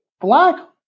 black